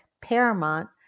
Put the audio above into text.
Paramount